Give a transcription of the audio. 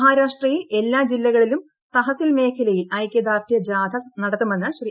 മഹാരാഷ്ട്രയിൽ എല്ലാ ജില്ലകളിലും തഹസിൽ മേഖലയിൽ ഐക്യദാർഢൃ ജാഥ നടത്തുമെന്ന് ശ്രീ